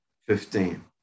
fifteen